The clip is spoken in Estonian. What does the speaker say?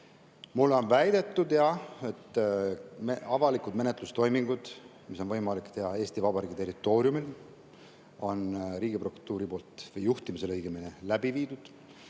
Mulle on väidetud, et avalikud menetlustoimingud, mis on võimalik teha Eesti Vabariigi territooriumil, on Riigiprokuratuuri juhtimisel läbi viidud.